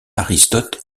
aristote